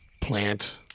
plant